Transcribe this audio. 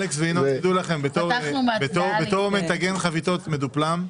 תדעו לכם, בתור מטגן חביתות מדופלם,